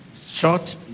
Short